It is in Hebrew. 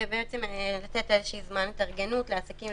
זה בעצם לתת איזשהו זמן התארגנות לעסקים,